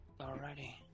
Alrighty